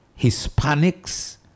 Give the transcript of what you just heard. Hispanics